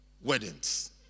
weddings